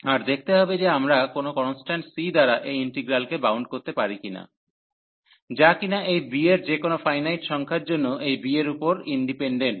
আর দেখতে হবে যে আমরা কোন কন্সট্যান্ট C দ্বারা এই ইন্টিগ্রালকে বাউন্ড করতে পারি কিনা যা কিনা এই b এর যেকোন ফাইনাইট সংখ্যার জন্য এই b এর উপর ইন্ডিপেনডেন্ট